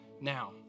now